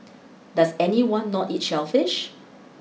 does anyone not eat shellfish